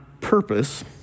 purpose